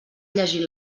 llegir